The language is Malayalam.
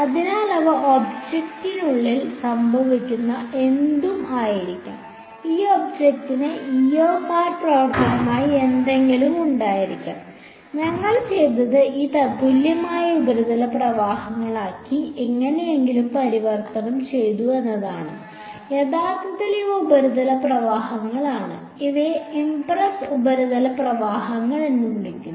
അതിനാൽ അവ ഈ ഒബ്ജക്റ്റിനുള്ളിൽ സംഭവിക്കുന്ന എന്തും ആയിരിക്കാം ഈ ഒബ്ജക്റ്റിന്റെ പ്രവർത്തനമായി എന്തെങ്കിലും ഉണ്ടായിരിക്കാം ഞങ്ങൾ ചെയ്തത് ഈ തത്തുല്യമായ ഉപരിതല പ്രവാഹങ്ങളാക്കി എങ്ങനെയെങ്കിലും പരിവർത്തനം ചെയ്തു എന്നതാണ് യഥാർത്ഥത്തിൽ ഇവ ഉപരിതല പ്രവാഹങ്ങളാണ് ഇവയെ ഇംപ്രെസ്ഡ് ഉപരിതല പ്രവാഹങ്ങൾ എന്ന് വിളിക്കുന്നു